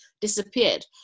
disappeared